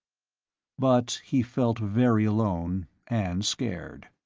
but he felt very alone, and scared.